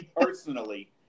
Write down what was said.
personally